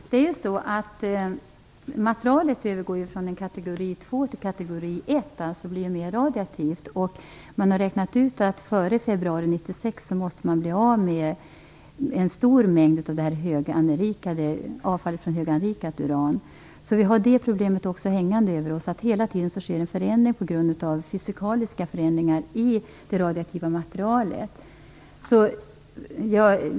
Fru talman! Materialet övergår ju från kategori 2 till kategori 1, dvs. att det blir mer radioaktivt. Man har räknat ut att man måste bli av med en stor mängd av avfallet från höganrikat uran före februari 1996. Vi har också problemet hängande över oss, att det hela tiden sker en förändring på grund av fysikaliska förändringar i det radioaktiva materialet.